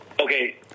Okay